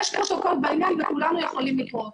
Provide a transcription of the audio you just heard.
יש פרוטוקול בעניין וכולנו יכולים לקרוא אותו.